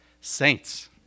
saints